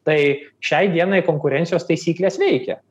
tai šiai dienai konkurencijos taisyklės veikia